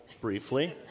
briefly